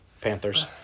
Panthers